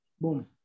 Boom